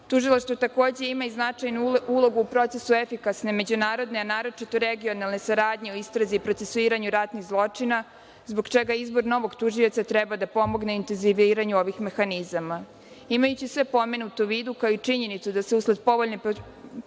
Tužilaštvo takođe ima i značajnu ulogu u procesu efikasne međunarodne, a naročito regionalne saradnje u istrazi i procesuiranju ratnih zločina, zbog čega izbor novog tužioca treba da pomogne intenziviranju ovih mehanizama. Imajući sve pomenuto u vidu, kao i činjenicu da se usled ponovljene procedure